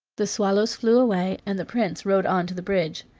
the swallows flew away, and the prince rode on to the bridge.